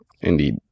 Indeed